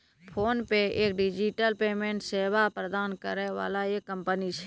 PhonePe एक digital payment सेवा प्रदान करै वाला एक कंपनी छै